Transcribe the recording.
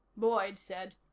boyd said.